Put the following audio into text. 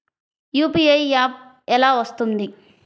UPI app ఎలా వస్తుంది?